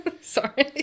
sorry